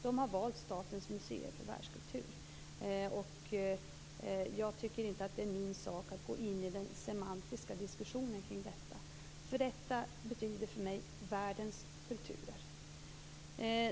Den har valt Statens museer för världskultur. Jag tycker inte att det är min sak att gå in i den semantiska diskussionen kring detta. Detta betyder för mig världens kulturer.